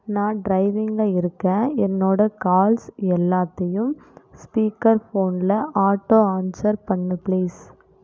நான் டிரைவிங்கில் இருக்கேன் என்னோட கால்ஸ் எல்லாத்தையும் ஸ்பீக்கர் ஃபோனில் ஆட்டோ ஆன்சர் பண்ணு பிளீஸ்